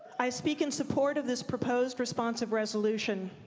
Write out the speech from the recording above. i speak in support of this proposed responsive resolution.